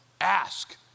Ask